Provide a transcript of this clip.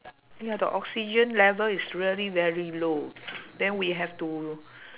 ya the oxygen level is really very low then we have to